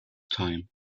time